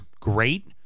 Great